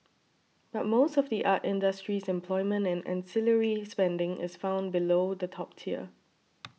but most of the art industry's employment and ancillary spending is found below the top tier